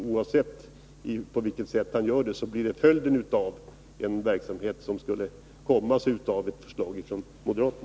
Oavsett på vilket sätt han gör det blir detta följden av ett förverkligande av det moderata förslaget i den här frågan.